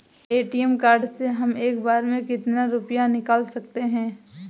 ATM card से हम एक बार में कितना रुपया निकाल सकते हैं?